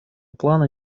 плана